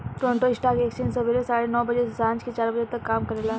Toronto stock exchange सबेरे साढ़े नौ बजे से सांझ के चार बजे तक काम करेला